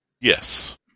yes